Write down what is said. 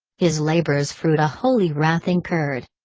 his labor's fruit a holy wrath incurred.